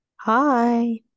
Hi